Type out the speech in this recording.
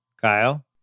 Kyle